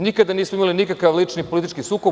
Nikada nismo imali nikakav lični politički sukob.